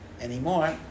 anymore